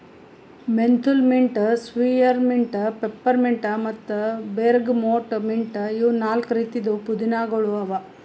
menthol mint, spearmint, peppermint ಮತ್ತ bergamot mint ಇವು ನಾಲ್ಕು ರೀತಿದ್ ಪುದೀನಾಗೊಳ್ ಅವಾ